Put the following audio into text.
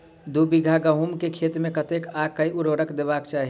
दु बीघा गहूम केँ खेत मे कतेक आ केँ उर्वरक देबाक चाहि?